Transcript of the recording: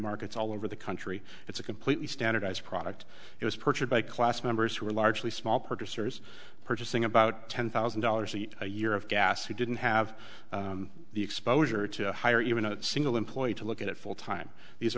markets all over the country it's a completely standardized product it was purchased by class members who were largely small purchasers purchasing about ten thousand dollars a year of gas who didn't have the exposure to hire even a single employee to look at it full time these